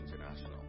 International